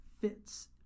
fits